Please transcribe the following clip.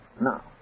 Now